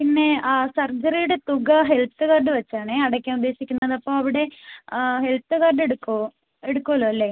പിന്നെ ആ സർജറിയുടെ തുക ഹെൽത്ത് കാർഡ് വെച്ച് ആണേ അടയ്ക്കാൻ ഉദ്ദേശിക്കുന്നത് അപ്പോൾ അവിടെ ഹെൽത്ത് കാർഡ് എടുക്കുമോ എടുക്കുമല്ലോ അല്ലേ അല്ലേ